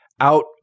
Out